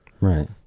right